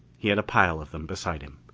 he had a pile of them beside him.